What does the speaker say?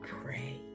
pray